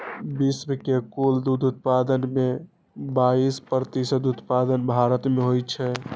विश्व के कुल दुग्ध उत्पादन के बाइस प्रतिशत उत्पादन भारत मे होइ छै